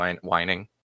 whining